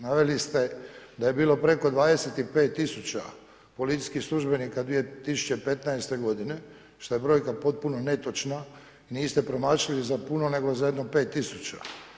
Naveli ste da je bilo preko 25 tisuća policijskih službenika 2015. godine šta je brojka potpuno netočna, niste promašili za puno nego za jedno 5 tisuća.